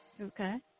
Okay